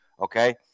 Okay